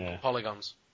Polygons